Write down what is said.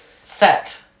Set